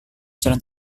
jalan